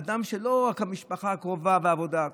אדם שלא רק המשפחה הקרובה והעבודה,